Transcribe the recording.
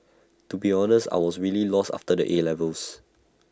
to be honest I was really lost after the 'A' levels